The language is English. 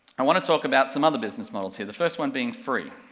i want to talk about some other business models here, the first one being free.